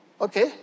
okay